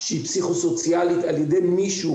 שהיא פסיכו-סוציאלית על ידי מישהו,